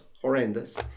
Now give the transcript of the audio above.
horrendous